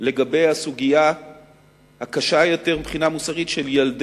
לגבי הסוגיה הקשה יותר מבחינה מוסרית של ילדי